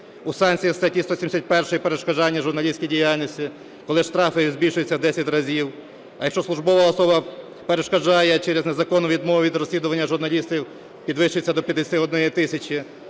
у санкції статті 171 "Перешкоджання журналістській діяльності", коли штрафи збільшуються в 10 разів, а якщо службова особа перешкоджає через незаконну відмову від розслідування журналістів, підвищується до 51 тисячі;